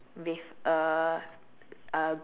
with a a